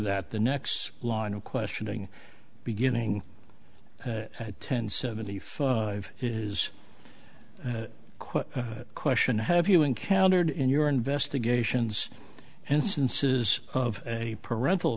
that the next line of questioning beginning at ten seventy five is a quick question have you encountered in your investigations instances of a parental